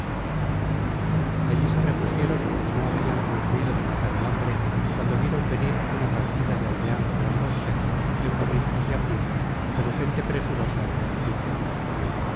allí se repusieron y no habían concluido de matar el hambre cuando vieron venir una partida de aldeanos de ambos sexos en borricos y a pie como gente presurosa o fugitiva